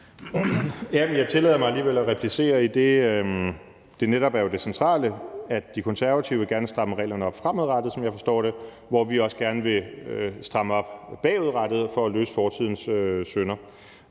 Jeg tillader mig alligevel at replicere, idet det netop er det centrale, at De Konservative gerne vil stramme reglerne op fremadrettet, som jeg forstår det, hvor vi også gerne vil stramme op bagudrettet for at løse fortidens synder.